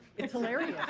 it's hilarious.